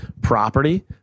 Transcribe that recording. property